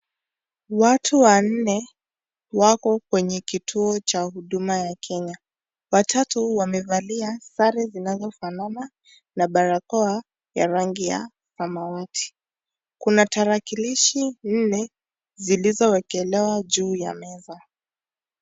Watu wanne wako kwenye kituo cha huduma ya Kenya watatu wamevalia sare zinazofanana na barakoa ya rangi ya samawati kuna tarakilishi nne zilizowekelewa juu ya meza.